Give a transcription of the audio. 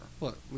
look